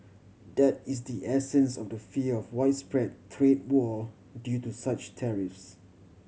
that is the essence of the fear of a widespread trade war due to such tariffs